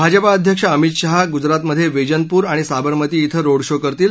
भाजपा अध्यक्ष अमित शहा गुजरातमधे वेजलपुर आणि साबरमती इं रोड शो करतील